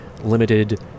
limited